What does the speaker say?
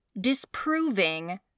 disproving